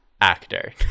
actor